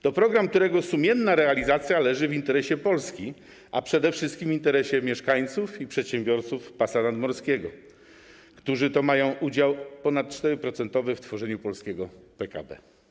To program, którego sumienna realizacja leży w interesie Polski, a przede wszystkim w interesie mieszkańców i przedsiębiorców pasa nadmorskiego, którzy mają ponad 4-procentowy udział w tworzeniu polskiego PKB.